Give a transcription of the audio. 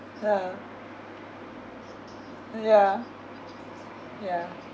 ya ya ya